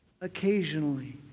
occasionally